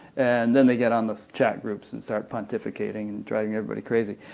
and then they get on the chat groups and start pontificating and driving everybody crazy.